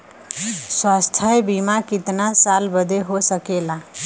स्वास्थ्य बीमा कितना साल बदे हो सकेला?